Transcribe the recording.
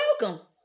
welcome